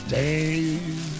days